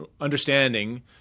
understanding